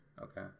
Okay